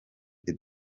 the